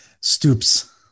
Stoops